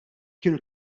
kienu